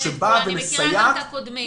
אני מכירה גם את הקודמים.